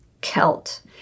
Kelt